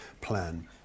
plan